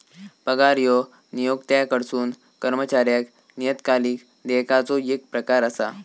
पगार ह्यो नियोक्त्याकडसून कर्मचाऱ्याक नियतकालिक देयकाचो येक प्रकार असा